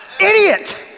Idiot